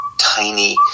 tiny